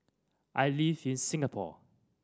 I live in Singapore